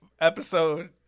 episode